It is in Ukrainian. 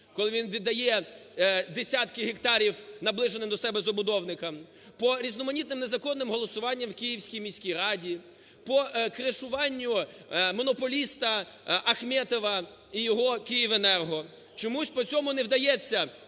Коли він віддає десятки гектарів наближеним до себе забудовникам. По різноманітним незаконним голосуванням в Київській міській раді, по кришуванню монополіста Ахметова і його "Київенерго". Чомусь по цьому не вдається